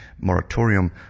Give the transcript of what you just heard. moratorium